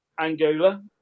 Angola